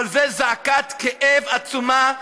אבל זה זעקת כאב עצומה,